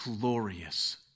glorious